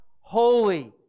Holy